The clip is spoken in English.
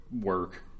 work